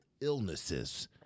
illnesses